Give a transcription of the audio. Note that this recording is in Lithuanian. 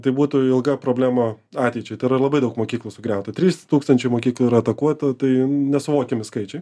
tai būtų ilga problema ateičiai tai yra labai daug mokyklų sugriauta trys tūkstančiai mokyklų ir atakuota tai nesuvokiami skaičiai